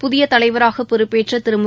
புதியதலைவராகபொறுப்பேற்றதிருமு